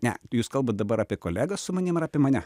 ne jūs kalbat dabar apie kolegas su manim apie mane